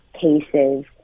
cases